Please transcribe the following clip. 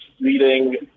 leading